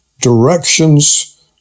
directions